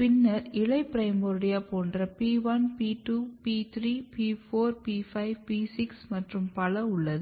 பின்னர் இலை பிரைமோர்டியா போன்ற P1 P2 P3 P4 P5 P6 மற்றும் பல உள்ளது